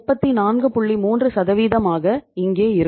3 ஆக இங்கே இருக்கும்